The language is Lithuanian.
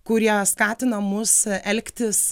kurie skatina mus elgtis